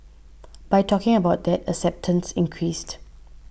by talking about that acceptance increased